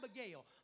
Abigail